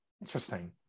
Interesting